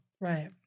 Right